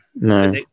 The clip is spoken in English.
No